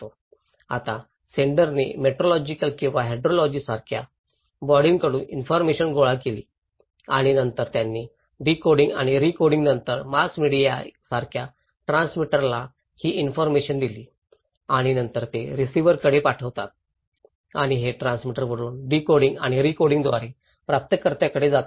आता सेन्डर नी मेट्रोलॉजिकल किंवा हाइड्रोलॉजी यासारख्या बॉडींकडून इन्फॉरमेशन गोळा केली आणि नंतर त्यांनी डीकोडिंग आणि रीकोडिंगनंतर मास मीडिया सारख्या ट्रान्समीटरला ही इन्फॉरमेशन दिली आणि नंतर ते रिसीव्हरकडे पाठवतात आणि हे ट्रान्समीटरवरून डीकोडिंग आणि रीकोडिंगद्वारे प्राप्तकर्त्याकडे जातात